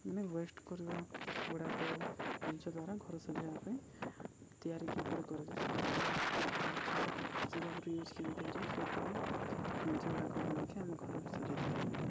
ମାନେ ୱେଷ୍ଟ କରିବା ଗୁଡ଼ାକ ଜିନିଷ ଦ୍ୱାରା ଘର ସଜେଇବା ପାଇଁ ତିଆରି କିପରି କରାଯାଏ ସେ ଯାକରୁ ସାହାଯ୍ୟ ସେ ଯାକରୁ ୟୁଜ୍ କେମିତି ହେଇଯାଏ ସେଭଳି ଜିନିଷ ଗୁଡ଼ାକ ବନେଇକି ଆମ ଘର ସଜାଇଥାଉ